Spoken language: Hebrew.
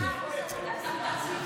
מירב, הוא עושה לנו מסיבת סיום.